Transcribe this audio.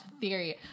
theory